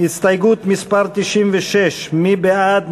הסתייגות מס' 96, מי בעד?